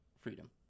freedom